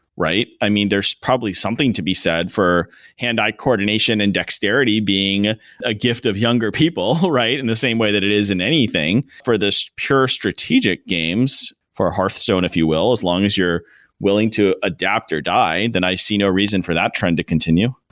right? i mean, there's probably something to be said for hand-eye coordination and dexterity being a gift of younger people and the same way that it is in anything. for this pure strategic games, for hearthstone, if you will, as long as you're willing to adapt or die, then i see no reason for that trend to continue.